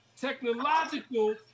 technological